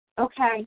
Okay